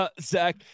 Zach